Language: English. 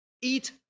eat